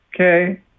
okay